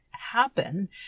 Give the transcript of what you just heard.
happen